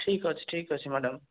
ଠିକ୍ ଅଛି ଠିକ୍ ଅଛି ମ୍ୟାଡ଼ାମ୍